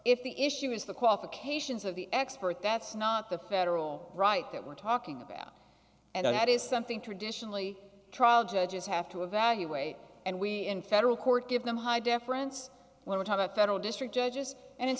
if the issue is the qualifications of the expert that's not the federal right that we're talking about and that is something traditionally trial judges have to evaluate and we in federal court give them high deference when we talk about federal district judges and i